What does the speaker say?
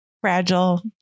fragile